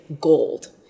gold